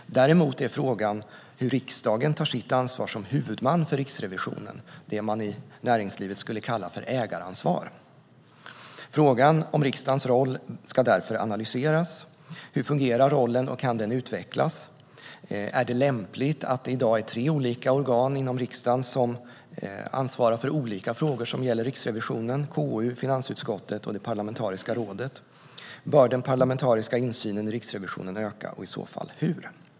Däremot är frågan hur riksdagen tar sitt ansvar som huvudman för Riksrevisionen, det man i näringslivet skulle kalla för ägaransvar. Frågan om riksdagens roll ska därför analyseras. Hur fungerar rollen, och kan den utvecklas? Är det lämpligt att det i dag är tre olika organ inom riksdagen som ansvarar för olika frågor som gäller Riksrevisionen, KU, finansutskottet och det parlamentariska rådet? Bör den parlamentariska insynen i Riksrevisionen öka, och i så fall hur?